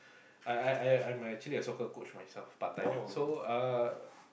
I I I I'm actually a soccer coach myself part time so uh